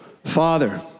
Father